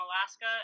Alaska